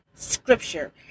scripture